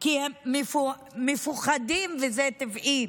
כי הם מפוחדים, וזה טבעי.